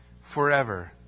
forever